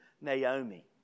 Naomi